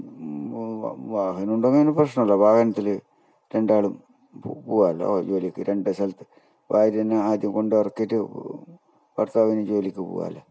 വാഹനമുണ്ടെങ്കിൽ പിന്നെ പ്രശ്നമില്ല വാഹനത്തിൽ രണ്ടാളും പോവാലോ ജോലിക്ക് രണ്ട് സ്ഥലത്ത് ഭാര്യേനെ ആദ്യം കൊണ്ട് ഇറക്കിയിട്ട് ഭർത്താവിന് ജോലിയ്ക്ക് പോവാലോ